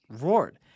roared